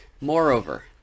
Moreover